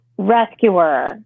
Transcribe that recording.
rescuer